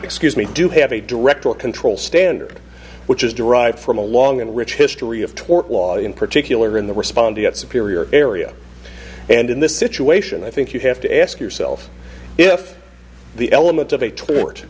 excuse me do have a direct control standard which is derived from a long and rich history of tort law in particular in the respondeat superior area and in this situation i think you have to ask yourself if the elements of a tort